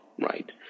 right